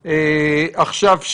עכשיו,